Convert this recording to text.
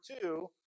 two